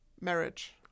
marriage